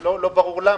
ולא ברור למה.